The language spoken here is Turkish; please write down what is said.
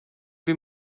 bir